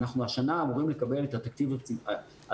אנחנו השנה אמורים לקבל את התקציב הציבורי